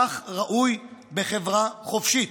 כך ראוי בחברה חופשית.